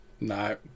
No